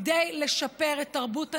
כדי לשפר את תרבות הנהיגה,